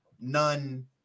none